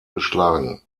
geschlagen